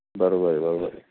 बरोबर आहे बरोबर आहे